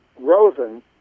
Rosen